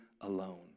alone